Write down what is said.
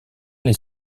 les